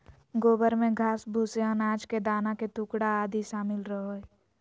गोबर में घास, भूसे, अनाज के दाना के टुकड़ा आदि शामिल रहो हइ